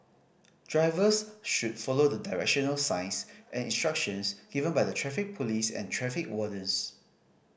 drivers should follow the directional signs and instructions given by the Traffic Police and traffic wardens